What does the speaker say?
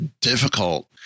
difficult